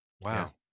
Wow